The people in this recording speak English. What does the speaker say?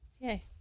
Yay